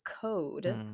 code